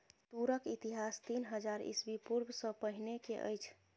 तूरक इतिहास तीन हजार ईस्वी पूर्व सॅ पहिने के अछि